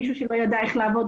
מישהו שלא ידע איך לעבוד,